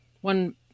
one